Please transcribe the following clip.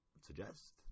suggest